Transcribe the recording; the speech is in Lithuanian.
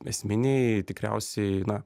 esminiai tikriausiai na